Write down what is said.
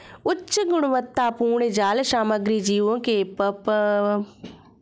उच्च गुणवत्तापूर्ण जाल सामग्री जीवों के पनपने के लिए आवश्यक है